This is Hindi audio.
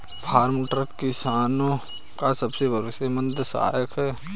फार्म ट्रक किसानो का सबसे भरोसेमंद सहायक है